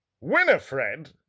Winifred